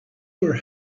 were